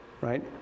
right